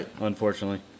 Unfortunately